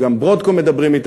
גם עם Broadcom מדברים,